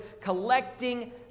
collecting